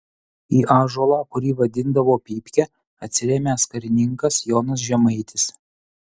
į ąžuolą kurį vadindavo pypke atsirėmęs karininkas jonas žemaitis